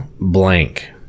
blank